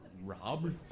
Rob